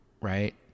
right